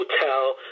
hotel